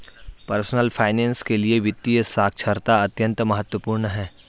personal finance के लिए वित्तीय साक्षरता अत्यंत महत्वपूर्ण है